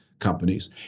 companies